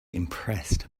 impressed